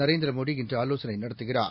நரேந்திரமோடிஇன்று ஆலோசனைநடத்துகிறார்